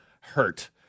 hurt